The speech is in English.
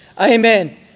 Amen